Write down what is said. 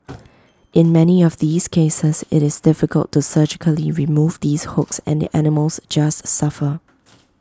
in many of these cases IT is difficult to surgically remove these hooks and the animals just suffer